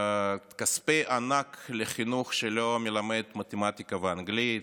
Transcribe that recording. כספי ענק לחינוך שלא מלמד מתמטיקה ואנגלית,